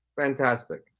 Fantastic